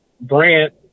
Brant